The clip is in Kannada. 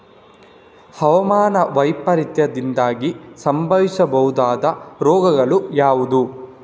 ಹವಾಮಾನ ವೈಪರೀತ್ಯದಿಂದಾಗಿ ಸಂಭವಿಸಬಹುದಾದ ರೋಗಗಳು ಯಾವುದು?